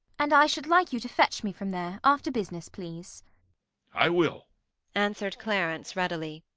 and i should like you to fetch me from there, after business, please i will answered clarence readily.